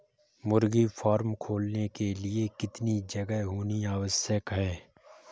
मुर्गी फार्म खोलने के लिए कितनी जगह होनी आवश्यक है?